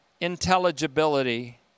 intelligibility